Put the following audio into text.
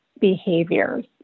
behaviors